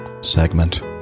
segment